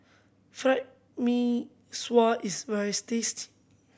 fry Mee Sua is very tasty